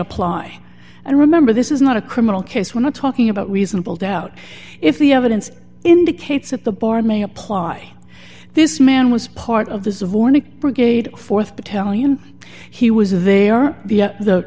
apply and remember this is not a criminal case we're not talking about reasonable doubt if the evidence indicates that the bar may apply this man was part of this of warning brigade th battalion he was